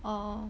orh